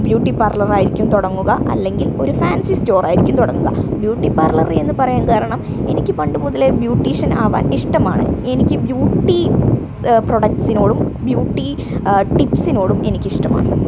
ബ്യൂട്ടീപ്പാർലറായിരിക്കും തുടങ്ങുക അല്ലെങ്കിൽ ഒരു ഫാൻസീസ്റ്റോറായിരിക്കും തുടങ്ങുക ബ്യൂട്ടീപ്പാർളർ എന്ന് പറയാൻ കാരണം എനിക്ക് പണ്ട് മൊതലേ ബ്യൂട്ടീഷനാവാൻ ഇഷ്ടമാണ് എനിക്ക് ബ്യൂട്ടീ പ്രൊഡക്റ്റ്സിനോടും ബ്യൂട്ടീ ടിപ്സിനോടും എനിക്കിഷ്ടമാണ്